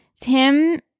Tim